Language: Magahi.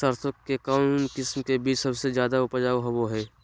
सरसों के कौन किस्म के बीच सबसे ज्यादा उपजाऊ होबो हय?